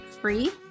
free